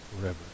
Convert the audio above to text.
forever